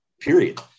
Period